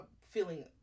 feeling